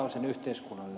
mutta ed